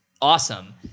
awesome